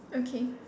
okay